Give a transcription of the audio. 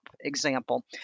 example